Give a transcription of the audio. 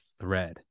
thread